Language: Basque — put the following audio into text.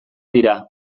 dira